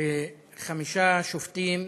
שחמישה שופטים,